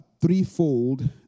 threefold